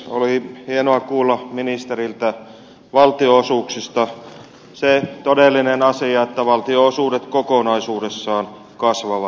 oli hienoa kuulla ministeriltä valtionosuuksista se todellinen asia että valtionosuudet kokonaisuudessaan kasvavat